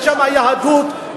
בשם היהדות,